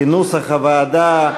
כנוסח הוועדה.